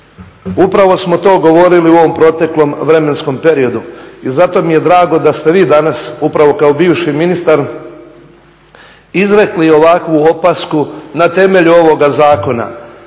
Upravo smo to govorili u ovom proteklom vremenskom periodu i zato mi je drago da ste vi danas upravo kao bivši ministar izrekli ovakvu opasku na temelju ovoga zakona.